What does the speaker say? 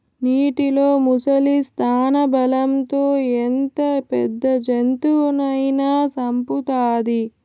నీటిలో ముసలి స్థానబలం తో ఎంత పెద్ద జంతువునైనా సంపుతాది